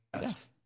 Yes